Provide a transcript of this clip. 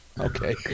okay